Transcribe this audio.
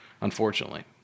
Unfortunately